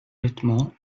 vêtements